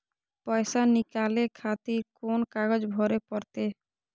पैसा नीकाले खातिर कोन कागज भरे परतें?